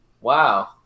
wow